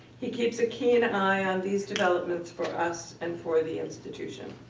he keeps a keen eye on these developments for us and for the institution.